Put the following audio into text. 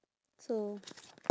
so